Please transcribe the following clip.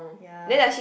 ya